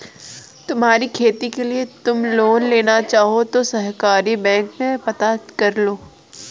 तुम्हारी खेती के लिए तुम लोन लेना चाहो तो सहकारी बैंक में पता करलो